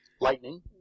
Lightning